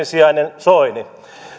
sijainen soini